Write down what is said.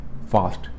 fast